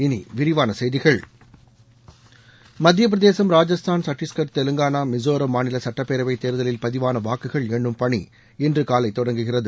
இனி விரிவான செய்திகள் மத்திய பிரதேசம் ராஜஸ்தான் சத்தீஸ்கட் தெலங்கானா மிசோராம் மாநில சுட்டப்பேரவை தேர்தலில் பதிவான வாக்குகள் எண்ணும் பணி இன்று காலை தொடங்குகிறது